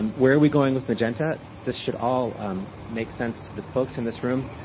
where are we going with magenta? this should all make sense to the folks in this room.